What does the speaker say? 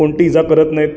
कोणती इजा करत नाहीत